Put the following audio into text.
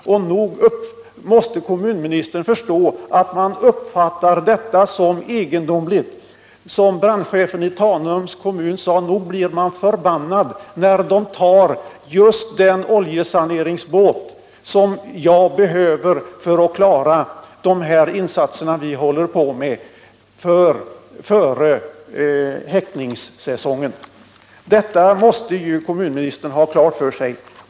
Kommunministern måste förstå att man uppfattar detta som egendomligt. Som brandcehefen i Tanums kommun sade: Nog blir man förbannad när dom tar just den oljesaneringsbåt som jag behöver för att klara de insatser vi håller på med före häckningssäsongen. Detta måste kommunministern ha klart för sig.